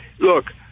Look